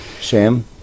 Sam